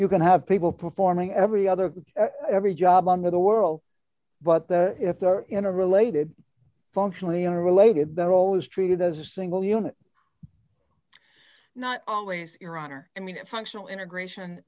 you can have people performing every other every job under the world but the if they're in a related functionally unrelated they're always treated as a single unit not always your honor i mean a functional integration